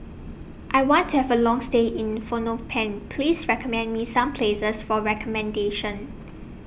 I want to Have A Long stay in Phnom Penh Please recommend Me Some Places For recommendation